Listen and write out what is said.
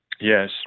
Yes